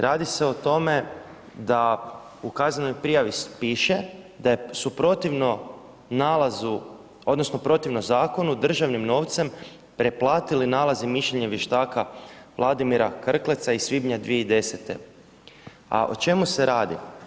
Radi se o tome da u kaznenoj prijavi piše da su protivno nalazu odnosno protiv zakonu, državnim novcem preplatili nalaze i mišljenje vještaka Vladimira Krkleca iz svibnja 2010., a o čemu se radi?